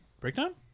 Breakdown